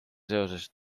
seoses